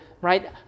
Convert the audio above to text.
right